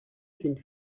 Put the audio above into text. sind